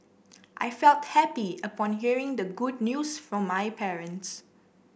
I felt happy upon hearing the good news from my parents